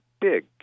big